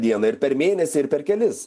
dieną ir per mėnesį ir per kelis